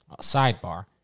sidebar